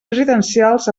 residencials